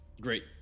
Great